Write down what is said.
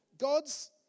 God's